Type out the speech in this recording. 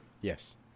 Yes